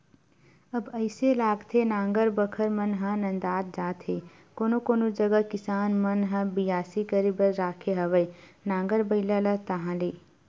अब अइसे लागथे नांगर बखर मन ह नंदात जात हे कोनो कोनो जगा किसान मन ह बियासी करे बर राखे हवय नांगर बइला ला ताहले